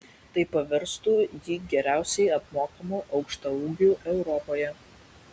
tai paverstų jį geriausiai apmokamu aukštaūgiu europoje